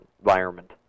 environment